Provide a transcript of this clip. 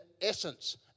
essence